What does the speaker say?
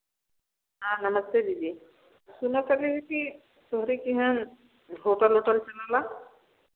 हाँ नमस्ते दीदी तो मैं कह रही थी सुरे के यहाँ होटल ओटल चलाना